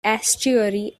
estuary